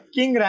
King